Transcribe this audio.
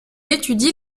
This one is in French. étudie